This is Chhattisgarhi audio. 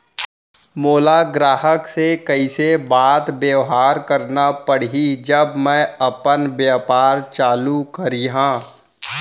मोला ग्राहक से कइसे बात बेवहार करना पड़ही जब मैं अपन व्यापार चालू करिहा?